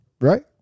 right